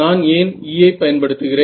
நான் ஏன் E ஐ பயன்படுத்துகிறேன்